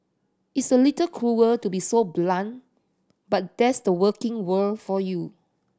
it's a little cruel to be so blunt but that's the working world for you